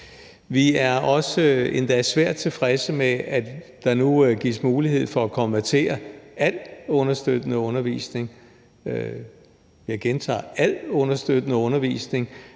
Vi er også endda svært tilfredse med, at der nu gives mulighed for at konvertere al understøttende undervisning – jeg gentager: al understøttende undervisning